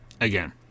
Again